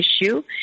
issue